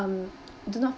um do not